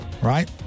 right